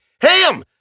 Ham